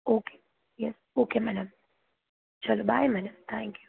okay yes okay madam ચલો bye madam thank you